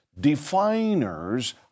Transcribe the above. definers